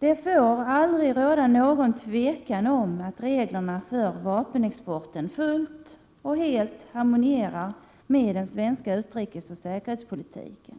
Det får aldrig råda något tvivel om att reglerna för vapenexporten fullt och helt harmonierar med den svenska utrikesoch säkehetspolitiken.